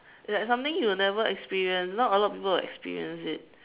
like something you will never experience not a lot of people will experience it